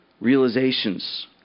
realizations